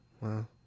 Wow